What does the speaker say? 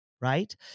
Right